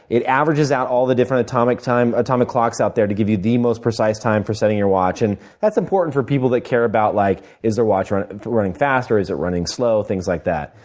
it averages out all the different atomic time atomic clocks out there, to give you the most precise time for setting your watch. and that's important for people that care about like is their watch running running fast or is it running slow, things like that.